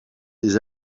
des